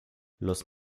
los